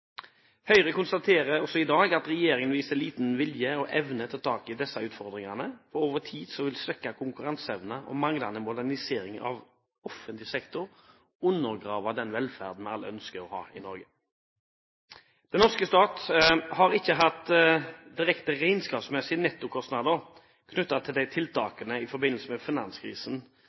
Høyre konstaterer også i dag at regjeringen viser liten vilje og evne til å ta tak i disse utfordringene. Over tid vil svekket konkurranseevne og manglende modernisering av offentlig sektor undergrave den velferden vi alle ønsker å ha i Norge. Den norske stat har ikke hatt direkte regnskapsmessige nettokostnader knyttet til tiltakene i forbindelse med finanskrisen.